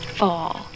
fall